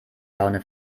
laune